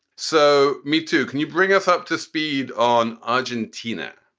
so me too. can you bring us up to speed on argentina?